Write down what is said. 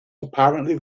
apparently